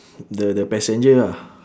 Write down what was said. the the passenger ah